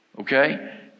Okay